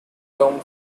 term